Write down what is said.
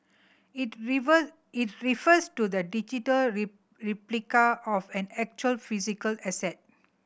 it river it refers to the digital replica of an actual physical asset